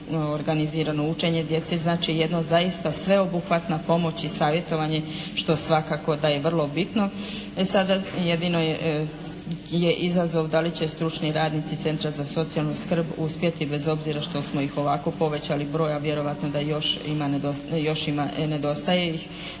organizirano učenje djece. Znači, jedna zaista sveobuhvatna pomoć i savjetovanje što svakako da je vrlo bitno. E sada jedino je izazov da li će stručni radnici centra za socijalnu skrb uspjeti bez obzira što smo ih ovako povećali broj a vjerojatno da još ima, nedostaje ih.